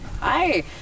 Hi